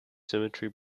symmetry